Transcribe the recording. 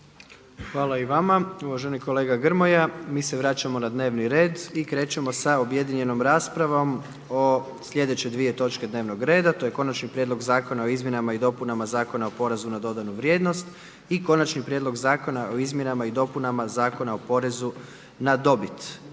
se javi. **Jandroković, Gordan (HDZ)** Mi se vraćamo na dnevni red i krećemo sa objedinjenom raspravom o slijedeće dvije točke dnevnog reda to je: konačni prijedlog Zakona o izmjenama i dopunama Zakona o porezu na dodanu vrijednost i konačni prijedlog Zakona o izmjenama i dopunama Zakona o porezu na dobit.